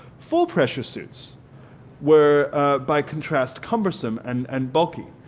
full pressure suits were by contrast cumbersome and and bulky.